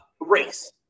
race